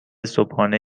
صبحانه